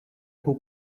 who